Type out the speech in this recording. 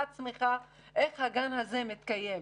תאר לעצמך אין הגן הזה מתקיים,